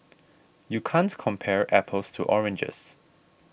you can't compare apples to oranges